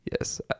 Yes